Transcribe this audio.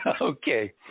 Okay